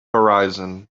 horizon